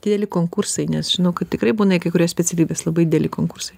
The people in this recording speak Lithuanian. dideli konkursai nes žinau kad tikrai būna į kai kurias specialybes labai dideli konkursai